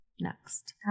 next